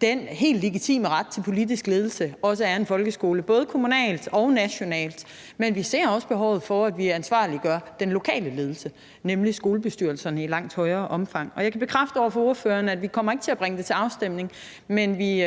den helt legitime ret til politisk ledelse, også af en folkeskole, både kommunalt og nationalt, men vi ser også behovet for, at vi i langt højere grad ansvarliggør den lokale ledelse, nemlig skolebestyrelserne. Jeg kan bekræfte over for ordføreren, at vi ikke kommer til at bringe det til afstemning, men vi